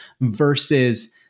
versus